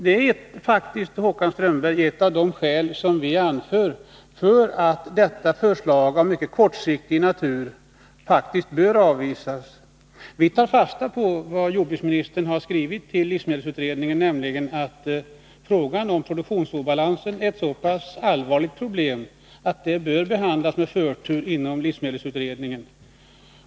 Detta är faktiskt, Håkan Strömberg, ett av de skäl som vi anför 23 mars 1983 för att detta förslag av mycket kortsiktig natur bör avvisas. Vi tar fasta på vad jordbruksministern har skrivit till livsmedelsutredning — Förbud under en, nämligen att frågan om produktionsobalansen är ett så pass allvarligt problem att det bör behandlas med förtur inom utredningen.